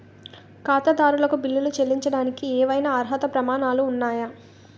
ఖాతాదారులకు బిల్లులు చెల్లించడానికి ఏవైనా అర్హత ప్రమాణాలు ఉన్నాయా?